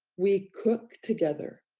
we cook together,